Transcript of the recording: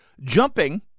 Jumping